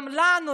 גם לנו,